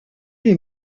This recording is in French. les